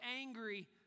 angry